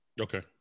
Okay